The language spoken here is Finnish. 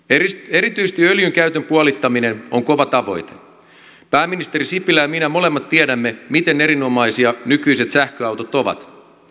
erityisesti öljynkäytön puolittaminen on kova tavoite pääministeri sipilä ja minä molemmat tiedämme miten erinomaisia nykyiset sähköautot ovat